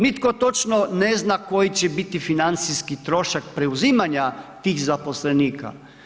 Nitko točno ne zna koji će biti financijski trošak preuzimanja tih zaposlenika.